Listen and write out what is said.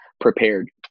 prepared